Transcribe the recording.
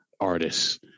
artists